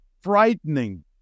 frightening